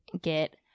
get